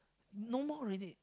no more already